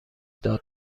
داد